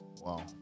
wow